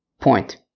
point